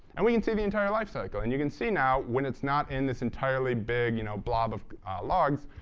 and we can see the entire lifecycle. and you can see now, when it's not in this entirely big you know blob of logs,